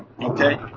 okay